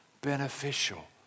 beneficial